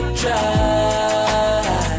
try